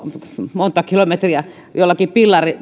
monta kilometriä jollakin